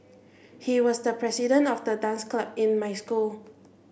he was the president of the dance club in my school